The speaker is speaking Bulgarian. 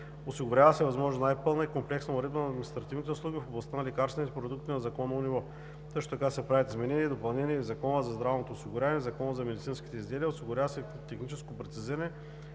Осигурява се възможно най-пълна и комплексна уредба на административните услуги в областта на лекарствените продукти на законово ниво. Също така се правят изменения и допълнения и в Закона за здравното осигуряване и в Закона за медицинските изделия. Извършва се техническо прецизиране